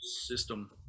system